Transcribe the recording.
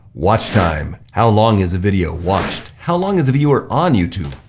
watch time. how long is a video watched? how long is a viewer on youtube?